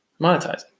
monetizing